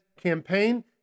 campaign